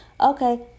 Okay